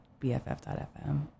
BFF.fm